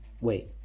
Wait